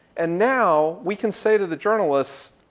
and now we can say to the journalists,